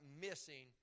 missing